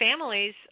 families